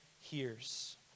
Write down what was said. hears